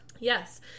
Yes